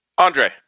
Andre